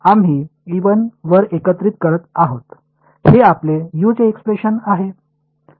आम्ही वर एकत्रीत करत आहोत हे आपले u चे एक्सप्रेशन आहे